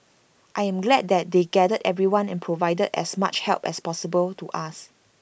I am glad that they gathered everyone and provided as much help as possible to us